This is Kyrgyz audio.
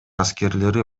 аскерлери